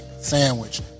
sandwich